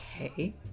okay